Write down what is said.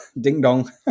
Ding-dong